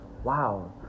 Wow